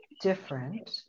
different